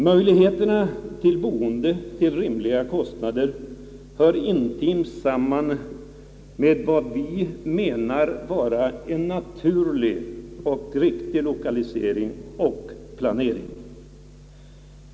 Möjligheterna till boende till rimliga kostnader hör intimt samman med vad vi menar vara en naturlig och riktig lokalisering och planering.